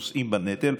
נושאים בנטל,